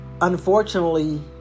unfortunately